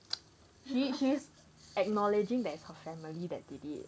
she is she is acknowledging that is her family that did it